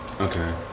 Okay